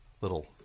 little